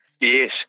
Yes